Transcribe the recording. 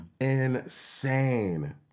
Insane